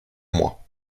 moi